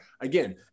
Again